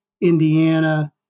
Indiana